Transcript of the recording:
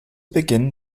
beginn